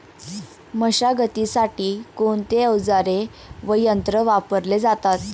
मशागतीसाठी कोणते अवजारे व यंत्र वापरले जातात?